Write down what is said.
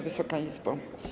Wysoka Izbo!